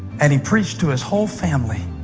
and he preached to his whole family,